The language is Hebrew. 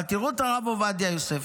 אבל תראו את הרב עובדיה יוסף,